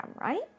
right